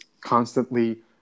constantly